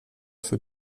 für